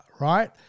right